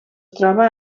troba